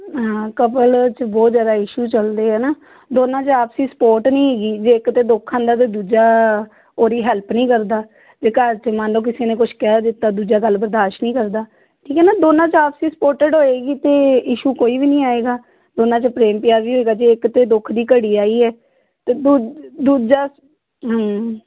ਹਾਂ ਕਪਲ 'ਚ ਬਹੁਤ ਜ਼ਿਆਦਾ ਇਸ਼ੂ ਚਲਦੇ ਹੈ ਨਾ ਦੋਨਾਂ 'ਚ ਆਪਸੀ ਸਪੋਰਟ ਨਹੀਂ ਹੈਗੀ ਜੇ ਕਿਤੇ ਦੁੱਖ ਆਉਂਦਾ ਤਾਂ ਦੂਜਾ ਉਹਦੀ ਹੈਲਪ ਨਹੀਂ ਕਰਦਾ ਜੇ ਘਰ 'ਚ ਮੰਨ ਲਓ ਕਿਸੇ ਨੇ ਕੁਛ ਕਹਿ ਦਿੱਤਾ ਦੂਜਾ ਗੱਲ ਬਰਦਾਸ਼ਤ ਨਹੀਂ ਕਰਦਾ ਠੀਕ ਹੈ ਨਾ ਦੋਨਾਂ 'ਚ ਆਪਸੀ ਸਪੋਰਟਡ ਹੋਏਗੀ ਤਾਂ ਇਸ਼ੂ ਕੋਈ ਵੀ ਨਹੀਂ ਆਏਗਾ ਦੋਨਾਂ 'ਚ ਪ੍ਰੇਮ ਪਿਆਰ ਵੀ ਹੋਏਗਾ ਜੇ ਇੱਕ 'ਤੇ ਦੁੱਖ ਦੀ ਘੜੀ ਆਈ ਹੈ ਤਾਂ ਦੂ ਦੂਜਾ ਹਮ